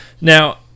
Now